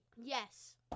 Yes